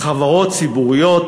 חברות ציבוריות,